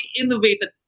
innovated